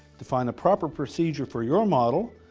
to find the proper procedure for your model,